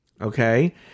okay